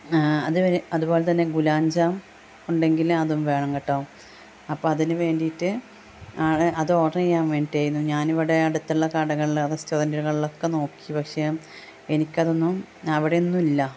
അത് അത് പോലെ തന്നെ ഗുലാൻ ജാം ഉണ്ടെങ്കിലതും വേണം കേട്ടൊ അപ്പോള് അതിന് വേണ്ടിയിട്ട് ആണ് അത് ഓര്ഡര് ചെയ്യാന് വേണ്ടിയിട്ടാരുന്നു ഞാനിവിടേ അടുത്തുള്ള കടകളിലോ റെസ്റ്റോറൻറ്റുകളിലൊക്കെ നോക്കി പക്ഷെ എനിക്കതൊന്നും അവടെയൊന്നുവില്ല